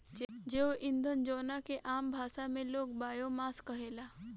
जैव ईंधन जवना के आम भाषा में लोग बायोमास कहेला